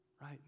Right